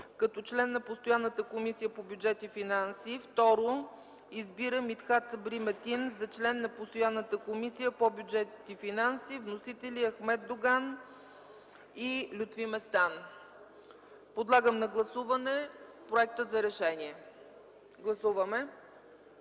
като член на постоянната Комисия по бюджет и финанси. 2. Избира Митхат Сабри Метин за член на постоянната Комисия по бюджет и финанси.” Вносители – Ахмед Доган и Лютви Местан. Подлагам на гласуване проекта за решение. Гласували